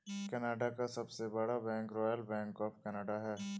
Canada का सबसे बड़ा bank royal bank of Canada है